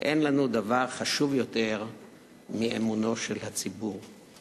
ואין לנו דבר חשוב יותר מאמונו של הציבור.